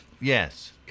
Yes